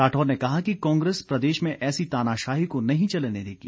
राठौर ने कहा कि कांग्रेस प्रदेश में ऐसी तानाशाही को नहीं चलने देगी